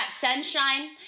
sunshine